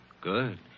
Good